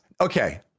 Okay